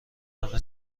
همه